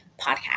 podcast